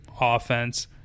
offense